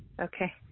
Okay